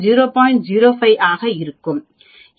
05 ஆக இருக்கும்